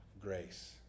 grace